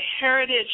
heritage